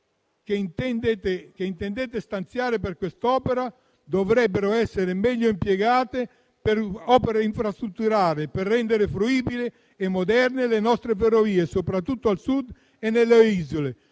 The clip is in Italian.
che intendete stanziare per quest'opera dovrebbero essere meglio impiegate per opere infrastrutturali, per rendere fruibili e moderne le nostre ferrovie, soprattutto al Sud e nelle Isole,